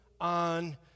on